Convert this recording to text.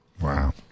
Wow